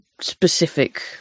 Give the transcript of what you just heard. specific